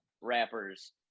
rappers